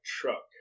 truck